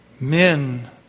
Men